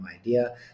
idea